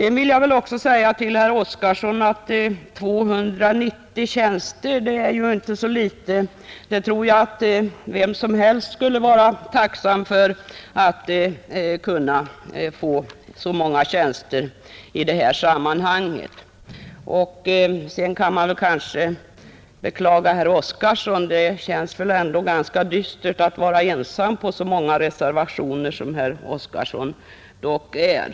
Sedan vill jag också säga till herr Oskarson att 290 tjänster inte är så litet. Jag tror att vilken ort som helst skulle vara tacksam för att få ett verk med så många tjänster. Man kan också beklaga herr Oskarson; det känns väl ganska dystert att vara ensam om så många reservationer som herr Oskarson dock är.